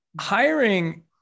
hiring